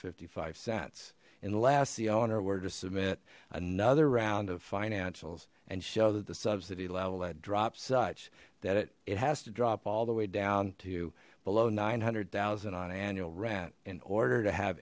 fifty five cents unless the owner were to submit another round of financials and show that the subsidy level had dropped such that it it has to drop all the way down to below nine hundred thousand on annual rent in order to have